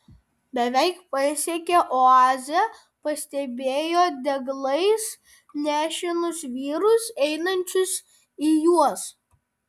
beveik pasiekę oazę pastebėjo deglais nešinus vyrus einančius į juos